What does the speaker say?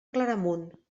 claramunt